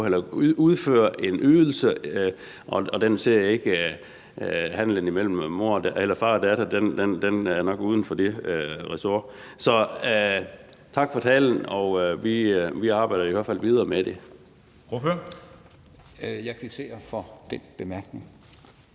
på at udføre en ydelse, og handelen imellem far og datter eller mor og datter er nok uden for det ressort. Så tak for talen, og vi arbejder i hvert fald videre med det.